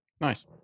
Nice